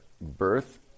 birth